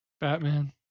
Batman